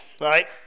right